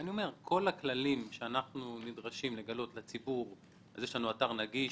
כל הכללים שאנחנו נדרשים לגלות לציבור - יש לנו אתר נגיש,